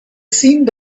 seemed